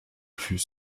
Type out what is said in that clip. fut